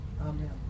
Amen